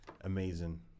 amazing